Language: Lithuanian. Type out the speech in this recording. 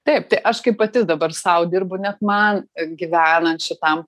taip tai aš kaip pati dabar sau dirbu net man gyvenant šitam